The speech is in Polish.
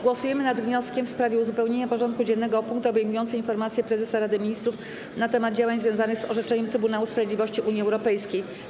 Głosujemy nad wnioskiem w sprawie uzupełnienia porządku dziennego o punkt obejmujący informację Prezesa Rady Ministrów na temat działań związanych z orzeczeniem Trybunału Sprawiedliwości Unii Europejskiej.